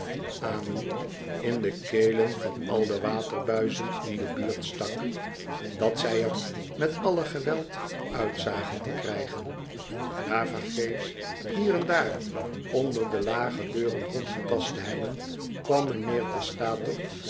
amen in de kelen van al de waterbuizen in de buurt stak dat zij er met alle geweld uit zagen te krijgen na tevergeefs hier en daar onder de lage deuren rondgetast te hebben kwam mijnheer